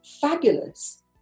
fabulous